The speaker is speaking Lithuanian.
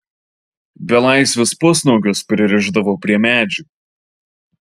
belaisvius pusnuogius pririšdavo prie medžių